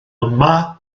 yma